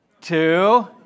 two